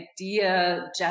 idea